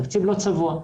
התקציב לא צבוע.